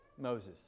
Moses